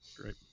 Great